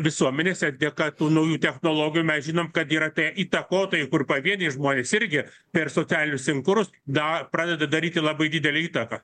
visuomenėse dėka tų naujų technologijų mes žinom kad yra tie įtakotojai kur pavieniai žmonės irgi per socialinius inkurus da pradeda daryti labai didelę įtaką